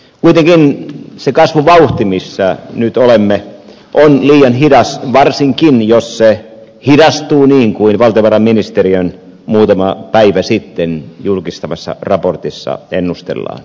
kuitenkin se kasvuvauhti missä nyt olemme on liian hidas varsinkin jos se hidastuu niin kuin valtiovarainministeriön muutama päivä sitten julkistamassa raportissa ennustellaan